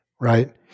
right